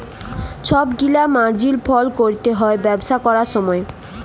ছব গিলা মার্জিল ফল ক্যরতে হ্যয় ব্যবসা ক্যরার সময়